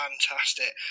fantastic